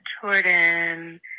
Jordan